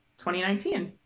2019